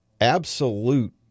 absolute